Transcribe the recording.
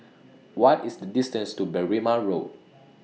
What IS The distance to Berrima Road